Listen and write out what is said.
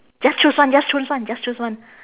just choose one just choose one just choose one